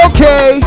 Okay